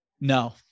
No